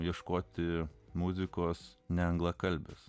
ieškoti muzikos ne anglakalbis